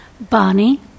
Bonnie